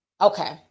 Okay